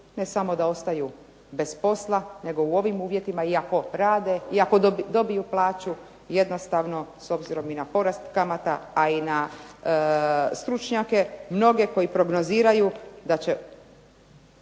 ne samo da ostaju bez posla, nego i u ovim uvjetima iako rade iako dobiju plaću jednostavno s obzirom i na porast kamata, a i na stručnjake mnoge koji prognoziraju da će